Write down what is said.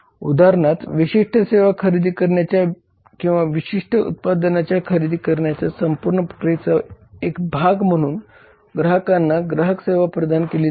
उउदाहरणार्थ विशिष्ट सेवा खरेदी करण्याच्या किंवा विशिष्ट उत्पादनाची खरेदी करण्याच्या संपूर्ण प्रक्रियेचा एक भाग म्हणून ग्राहकांना ग्राहक सेवा प्रदान केली जाते